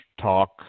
talk